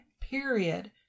period